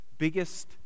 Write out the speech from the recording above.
biggest